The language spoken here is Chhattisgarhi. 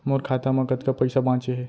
मोर खाता मा कतका पइसा बांचे हे?